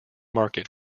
market